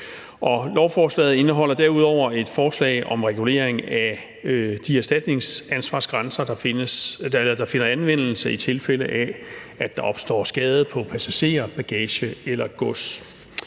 Lovforslaget indeholder derudover et forslag om regulering af de erstatningsansvarsgrænser, der finder anvendelse i tilfælde af, at der opstår skade på passagerer, bagage eller gods.